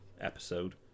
episode